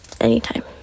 anytime